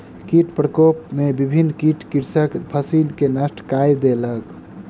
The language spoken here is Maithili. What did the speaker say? कीट प्रकोप में विभिन्न कीट कृषकक फसिल के नष्ट कय देलक